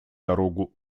дорогу